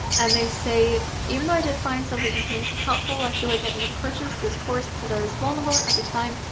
and they say even though i did find some of the information helpful, i feel like i only purchased this course because i was vulnerable at the time.